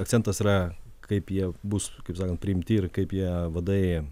akcentas yra kaip jie bus kaip sakant priimti ir kaip jie vadai